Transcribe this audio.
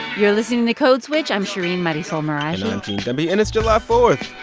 you're listening to code switch. i'm shereen marisol meraji and i'm gene demby. and it's july fourth.